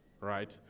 right